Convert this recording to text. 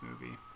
movie